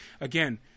again